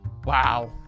Wow